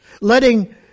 Letting